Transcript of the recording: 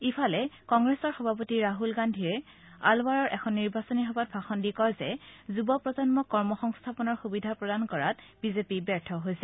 ইফালে কংগ্ৰেছ সভাপতি ৰাহুল গান্ধীয়ে আলৱাৰৰ এখন নিৰ্বাচনী সভাত ভাষণ দি কয় যে যুৱপ্ৰজন্মক কৰ্মসংস্থাপনৰ সুবিধা প্ৰদান কৰাত বিজেপি ব্যৰ্থ হৈছে